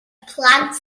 plant